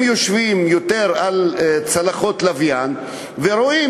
הם יושבים יותר על צלחות לוויין ורואים